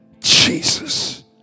Jesus